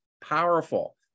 powerful